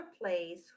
place